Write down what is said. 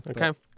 okay